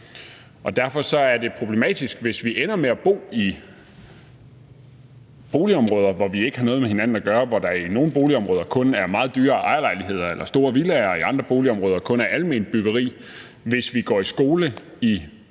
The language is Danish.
Derfor er det problematisk, hvis vi ender med at bo i et boligområde, hvor vi ikke har noget med hinanden at gøre, og hvor der i nogle boligområder kun er meget dyre ejerlejligheder eller store villaer, og hvor der i andre boligområder kun er alment byggeri, og hvis vi går i skole i